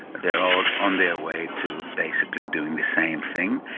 they are all on their way to basically doing the same thing.